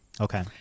Okay